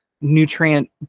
nutrient